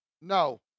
No